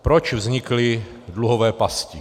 Proč vznikly dluhové pasti?